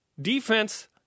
Defense